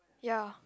ya